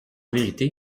vérité